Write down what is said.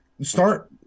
start